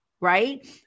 right